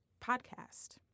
Podcast